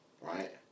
Right